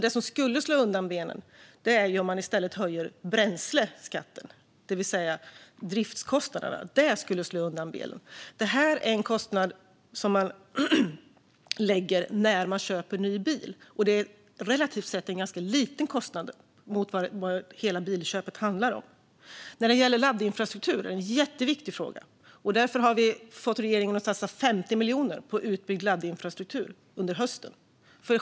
Det som skulle slå undan benen vore om man höjde bränsleskatten, det vill säga driftskostnaderna. Det här är däremot en kostnad som man har när man köper ny bil, och kostnaden är relativt låg jämfört med vad hela bilköpet handlar om. Laddinfrastrukturen är en jätteviktig fråga. Vi har därför fått regeringen att satsa 50 miljoner på utbyggd laddinfrastruktur under hösten.